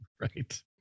Right